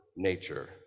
nature